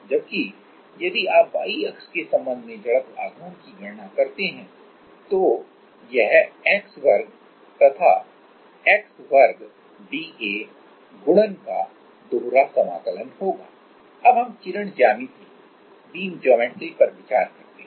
जबकि यदि आप Y अक्ष के संबंध में moment of inertia moment of inertia की गणना करते हैं तो यह x वर्ग तथा x वर्ग dA गुणन का दोहरा इंटीग्रल होगा for for अब हम बीम ज्योमेट्री पर विचार करते हैं